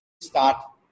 start